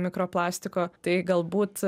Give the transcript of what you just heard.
mikroplastiko tai galbūt